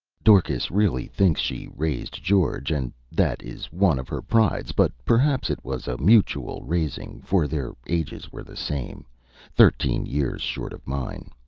dorcas really thinks she raised george, and that is one of her prides, but perhaps it was a mutual raising, for their ages were the same thirteen years short of mine.